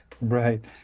Right